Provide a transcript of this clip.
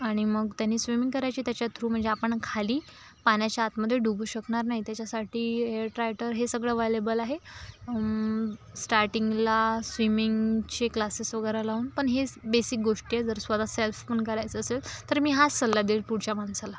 आणि मग त्यांनी स्विमिंग करायची त्याच्या थ्रू म्हणजे आपण खाली पाण्याच्या आतमध्ये डुबू शकणार नाही त्याच्यासाठी एअर टाईटर हे सगळं ॲवेलेबल आहे स्टार्टींगला स्विमिंगचे क्लासेस वगैरे लावून पण हेच बेसिक गोष्ट आहे जर स्वतः सेल्फ पण करायचं असेल तर मी हाच सल्ला देईल पुढच्या माणसाला